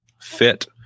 fit